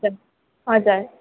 हजुर हजुर